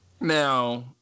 Now